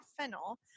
fennel